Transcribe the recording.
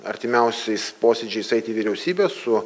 artimiausiais posėdžiais eiti į vyriausybę su